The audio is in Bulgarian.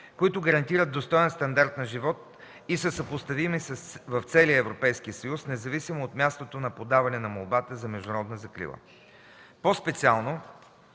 които гарантират достоен стандарт на живот и са съпоставими в целия Европейски съюз, независимо от мястото на подаване на молбата за международна закрила. По-специално,